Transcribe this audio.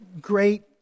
great